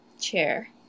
chair